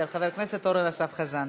חבר הכנסת אורן,